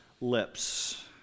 lips